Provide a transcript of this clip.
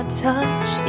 touch